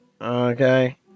Okay